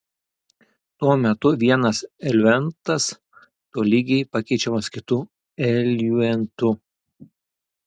tuo metu vienas eliuentas tolygiai pakeičiamas kitu eliuentu